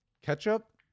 ketchup